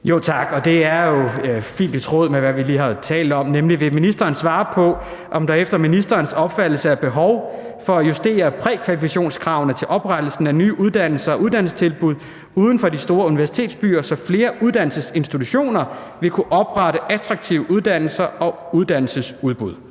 og forskningsministeren af: Michael Aastrup Jensen (V): Vil ministeren svare på, om der efter ministerens opfattelse er behov for at justere prækvalifikationskravene til oprettelsen af nye uddannelser og uddannelsestilbud uden for de store universitetsbyer, så flere uddannelsesinstitutioner vil kunne oprette attraktive uddannelser og uddannelsesudbud?